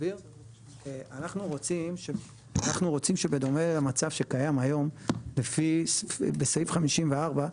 אנחנו רוצים שבדומה למצב שקיים היום בסעיף 54,